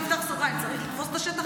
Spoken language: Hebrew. תפתח סוגריים: צריך לרמוס את השטח,